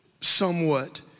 somewhat